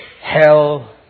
hell